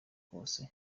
kose